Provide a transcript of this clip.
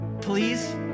Please